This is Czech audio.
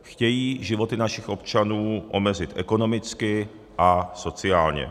Chtějí životy našich občanů omezit ekonomicky a sociálně.